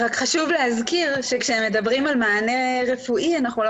להזכיר שכשמדברים על מענה רפואי אנחנו לא